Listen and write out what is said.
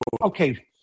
Okay